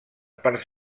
parts